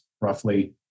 roughly